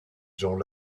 gens